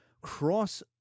cross